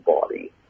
body